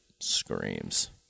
screams